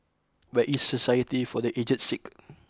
where is Society for the Aged Sick